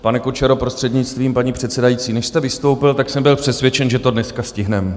Pane Kučero, prostřednictvím paní předsedající, než jste vystoupil, tak jsem byl přesvědčen, že to dneska stihneme.